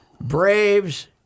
Braves –